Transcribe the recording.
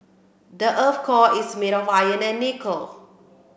the earth's core is made of iron and nickel